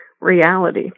reality